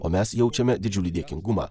o mes jaučiame didžiulį dėkingumą